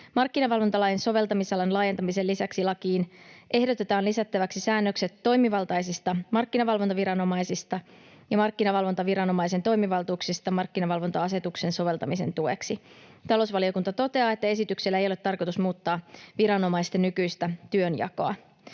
Markkinavalvontalain soveltamisalan laajentamisen lisäksi lakiin ehdotetaan lisättäväksi säännökset toimivaltaisista markkinavalvontaviranomaisista ja markkinavalvontaviranomaisen toimivaltuuksista markkinavalvonta-asetuksen soveltamisen tueksi. Talousvaliokunta toteaa, että esityksellä ei ole tarkoitus muuttaa viranomaisten nykyistä työnjakoa.